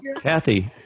Kathy